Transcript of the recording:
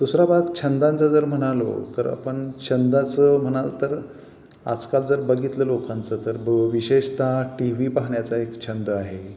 दुसरा भाग छंदांचं जर म्हणालो तर आपण छंदाचं म्हणाल तर आजकाल जर बघितलं लोकांचं तर ब विशेषता टी व्ही पाहण्याचा एक छंद आहे